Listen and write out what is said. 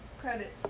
credits